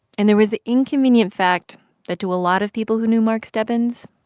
and there was the inconvenient fact that to a lot of people who knew mark stebbins,